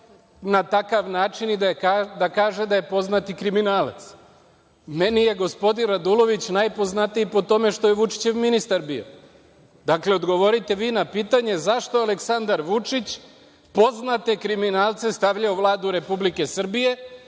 na takav način da je „poznati kriminalac“. Meni je gospodin Radulović najpoznatiji po tome što je bio Vučićev ministar. Dakle, odgovorite vi na pitanje – zašto je Aleksandar Vučić poznate kriminalce stavljao u Vladu Republike Srbije?